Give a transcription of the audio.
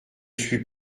suis